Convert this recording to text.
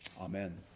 Amen